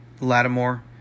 Lattimore